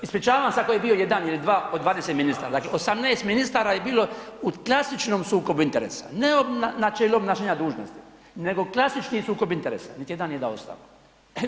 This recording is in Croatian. Ispričavam se ako je bio 1 ili 2 od 20 ministara, dakle 18 ministara je bilo u klasičnom sukobu interesa, ne načelo obnašanja dužnosti, nego klasični sukob interesa, niti jedan nije dao ostavku.